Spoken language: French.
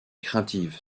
craintive